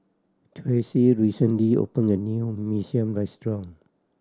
Traci recently opened a new Mee Siam restaurant